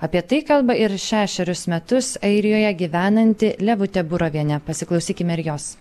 apie tai kalba ir šešerius metus airijoje gyvenanti levutė burovienė pasiklausykime ir jos